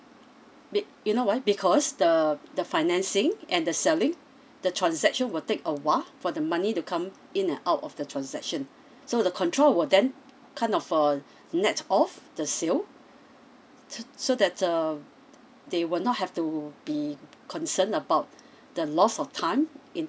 be~ you know why because the the financing and the selling the transaction will take a while for the money to come in and out of the transaction so the control will then kind of uh net off the sale t~ so that uh they will not have to be concerned about the loss of time in